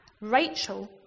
Rachel